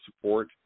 support